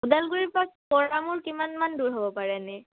ওদালগুৰিৰ পৰা পৰা কিমানমান দূৰ হ'ব পাৰে এনে